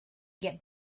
get